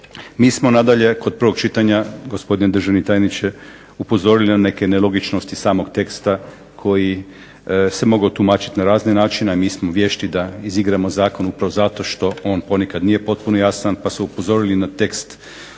Mi smo nadalje kod prvog čitanja, gospodine državni tajniče, upozorili na neke nelogičnosti samog teksta koji se mogao tumačiti na razne načine, a mi smo vješti da izigramo zakon upravo zato što on ponekad nije potpuno jasan pa su upozorili na tekst